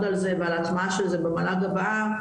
על זה ועל ההטמעה של זה במל"ג הבאה,